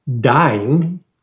dying